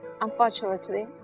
Unfortunately